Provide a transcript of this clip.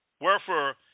wherefore